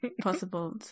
possible